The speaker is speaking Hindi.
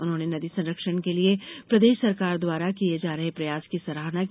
उन्होंने नदी संरक्षण के लिए प्रदेश सरकार द्वारा किये जा रहे प्रयास की सराहना की